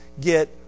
get